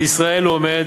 בישראל הוא עומד